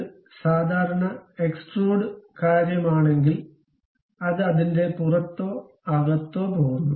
ഇത് സാധാരണ എക്സ്ട്രൂഡ് കാര്യമാണെങ്കിൽ അത് അതിന്റെ പുറത്തോ അകത്തോ പോകുന്നു